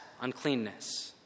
uncleanness